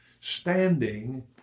Standing